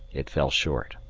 it fell short.